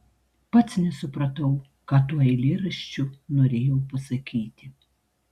pats nesupratau ką tuo eilėraščiu norėjau pasakyti